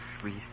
sweet